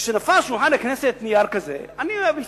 כשנופל על שולחן הכנסת נייר כזה, אני אוהב להסתכל.